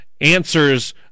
answers